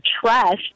trust